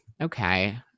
okay